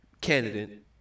candidate